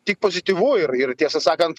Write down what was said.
tik pozityvu ir ir tiesą sakant